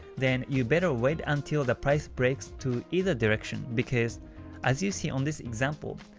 then you better wait until the price breaks to either direction, because as you see on this example,